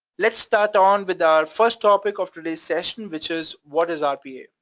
let's start on with our first topic of today's session, which is, what is rpa?